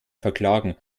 verklagen